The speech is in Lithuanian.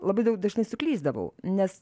labai daug dažnai suklysdavau nes